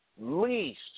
least